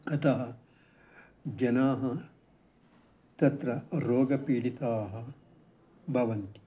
अतः जनाः तत्र रोगपीडिताः भवन्ति